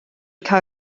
cael